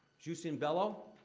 jus in bello.